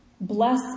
Bless